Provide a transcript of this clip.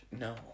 No